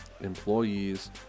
employees